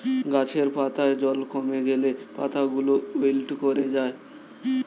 গাছের পাতায় জল কমে গেলে পাতাগুলো উইল্ট করে যায়